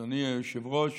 אדוני היושב-ראש,